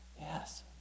Yes